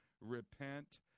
repent